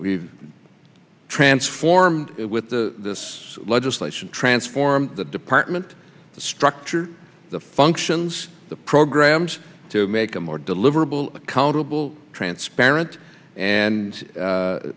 we've transformed it with the us legislation transform the department structure the functions the programs to make a more deliverable accountable transparent and a